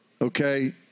Okay